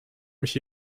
mich